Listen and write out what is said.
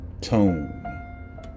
tone